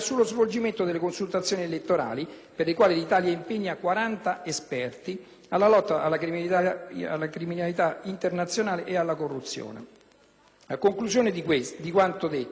alla lotta alla criminalità internazionale e alla corruzione. A conclusione di quanto detto sinora, il giudizio sulle missioni italiane, di carattere se vogliamo civile,